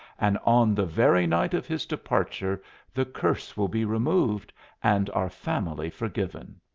and on the very night of his departure the curse will be removed and our family forgiven.